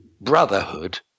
brotherhood